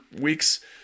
weeks